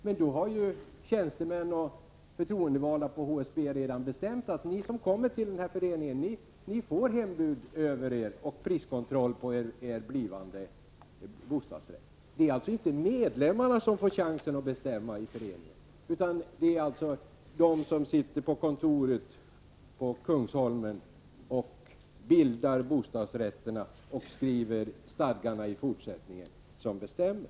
Men då har tjänstemän och förtroendevalda på HSB redan bestämt att de som kommer till den här föreningen får hembud och priskontroll på sina blivande bostadsrätter. Det är alltså inte medlemmarna som får chansen att bestämma i föreningen, utan det är de som sitter på kontoret på Kungsholmen och bildar bostadsrätterna och skriver stadgarna som bestämmer.